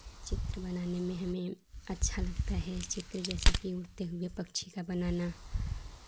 चित्र बनाने में हमें अच्छा लगता है चित्र जैसे उड़ते हुए पक्षी का बनाना